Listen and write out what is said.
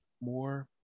more